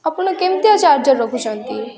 ଆପଣ କେମିତିଆ ଚାର୍ଜର୍ ରଖୁଛନ୍ତି